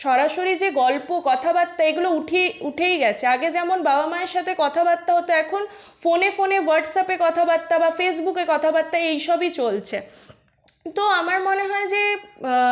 সরাসরি যে গল্প কথাবার্তা এগুলো উঠে উঠেই গেছে আগে যেমন বাবা মায়ের সাথে কথাবার্তা হতো এখন ফোনে ফোনে হোয়াটসঅ্যাপে কথাবার্তা বা ফেসবুকে কথাবার্তা এইসবই চলছে তো আমার মনে হয় যে